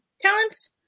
talents